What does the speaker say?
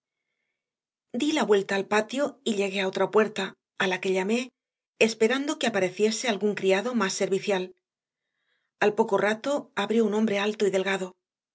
debía tenerelsegundo deapenado d ila vuelta alpatio ylleguéa otra puerta a la quellamé esperando que apareciese algún criado más servicial a l poco rato abrió un hombre alto y delgado